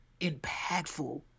impactful